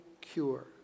cure